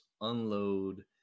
unload